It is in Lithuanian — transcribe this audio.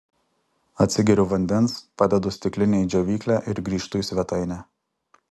atsigeriu vandens padedu stiklinę į džiovyklę ir grįžtu į svetainę